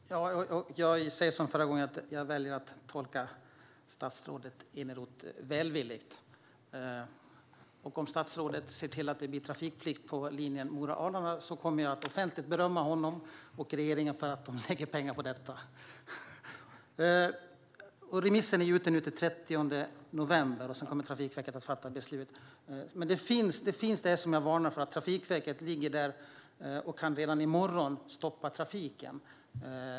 Fru talman! Jag säger som förra gången: Jag väljer att tolka statsrådet Eneroth välvilligt, och om statsrådet ser till att det blir trafikplikt på linjen Mora-Arlanda kommer jag att offentligt berömma honom och regeringen för att de lägger pengar på detta. Remissen är ute till den 30 november, och sedan kommer Trafikverket att fatta beslut. Det som jag varnar för finns dock där, alltså att Trafikverket redan i morgon kan stoppa trafiken.